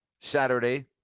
Saturday